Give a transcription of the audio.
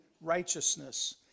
righteousness